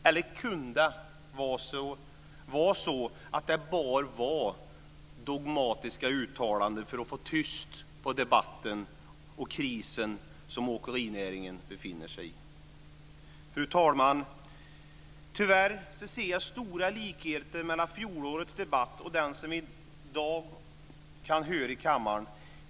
Eller var det bara dogmatiska uttalanden för att få tyst på debatten om den kris som åkerinäringen befinner sig i? Fru talman! Tyvärr ser jag stora likheter mellan fjolårets debatt och den vi i dag kan höra i kammaren.